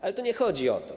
Ale tu nie chodzi o to.